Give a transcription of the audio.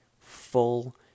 full